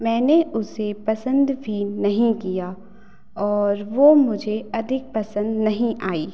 मैंने उसे पसंद भी नहीं किया और वो मुझे अधिक पसंद नहीं आई